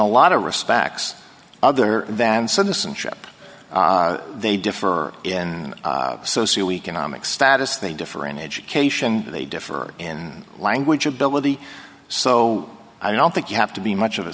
a lot of respects other than citizenship they differ in socio economic status they differ in education they differ in language ability so i don't think you have to be much of a